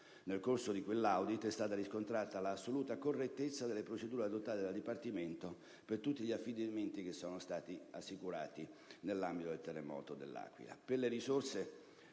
Nel corso di quell'*audit* è stata riscontrata l'assoluta correttezza delle procedure adottate dal Dipartimento per tutti gli affidamenti che sono stati assicurati nell'ambito del terremoto dell'Aquila.